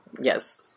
Yes